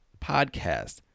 podcast